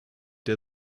der